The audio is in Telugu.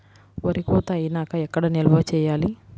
వరి కోత అయినాక ఎక్కడ నిల్వ చేయాలి?